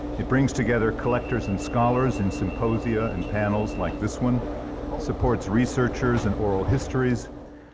it brings together collectors, and scholars, in symposia and panels like this one supports researchers and oral histories,